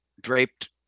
draped